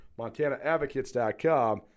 MontanaAdvocates.com